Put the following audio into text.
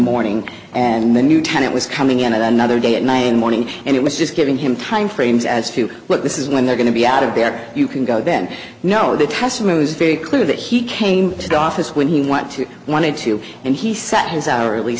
morning and the new tenant was coming in and another day at night and morning and it was just giving him time frames as to what this is when they're going to be out of there you can go then no that has to move is very clear that he came to the office when he went to wanted to and he set his hourly